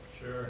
Sure